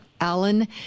Allen